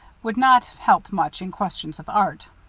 would not help much in questions of art.